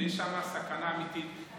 ויש שם סכנה אמיתית.